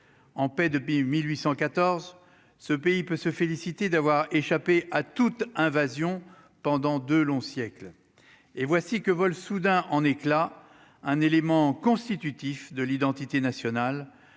en paix depuis 1814 ce pays peut se féliciter d'avoir échappé à toute invasion pendant de longs siècles et voici que veulent soudain en éclats un élément constitutif de l'identité nationale,